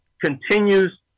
continues